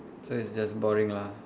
so it's just boring lah